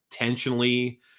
intentionally